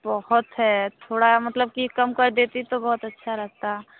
बहुत है थोड़ा मतलब कि कम कर देतीं तो बहुत अच्छा रहता